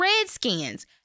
Redskins